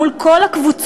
מול כל הקבוצות,